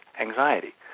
anxiety